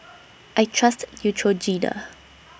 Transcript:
I Trust Neutrogena